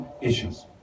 issues